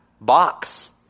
box